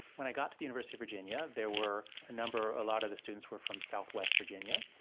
when i got to the university of virginia, there were a number a lot of the students were from southwest virginia,